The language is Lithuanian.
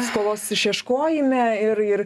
skolos išieškojime ir ir